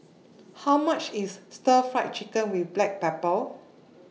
How much IS Stir Fry Chicken with Black Pepper